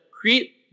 create